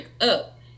up